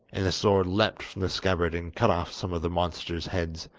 and the sword leapt from the scabbard and cut off some of the monster's heads,